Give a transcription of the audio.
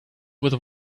with